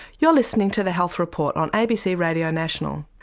you're listening to the health report on abc radio national,